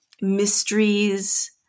mysteries